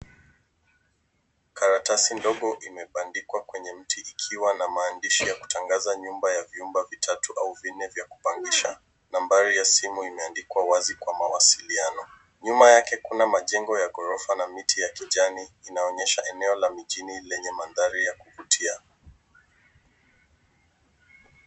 Karatasi ndogo imebandikwa kwenye mti ikiwa na maandishi ya kutangaza nyumba ya vyumba vitatu au vinne vya kupangisha. Nambari ya simu imeandikwa wazi kwa mawasiliaano. Nyuma yake kuna majengo ya ghrofa na miti ya kijani inaonyesha eneo la mijini yenye mandhari ya kuvutia.